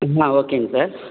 ஆ ஓகேங்க சார்